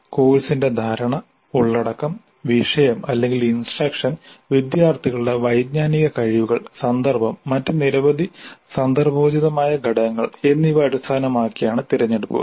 കോഴ്സിന്റെ ധാരണ ഉള്ളടക്കം വിഷയം അല്ലെങ്കിൽ ഇൻസ്ട്രക്ഷൻ വിദ്യാർത്ഥികളുടെ വൈജ്ഞാനിക കഴിവുകൾ സന്ദർഭം മറ്റ് നിരവധി സന്ദർഭോചിതമായ ഘടകങ്ങൾ എന്നിവ അടിസ്ഥാനമാക്കിയാണ് തിരഞ്ഞെടുപ്പുകൾ